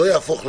לא יהפוך לאדום.